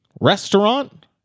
restaurant